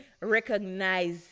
recognize